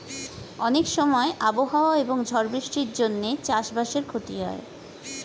অনেক সময় আবহাওয়া এবং ঝড় বৃষ্টির জন্যে চাষ বাসের ক্ষতি হয়